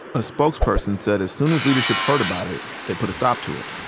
a spokesperson said as soon as leadership heard about it, they put a stop to it.